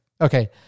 Okay